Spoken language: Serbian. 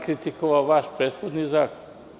Kritikovao sam vaš prethodni zakon.